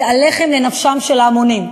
ספר זה הלחם לנפשם של ההמונים.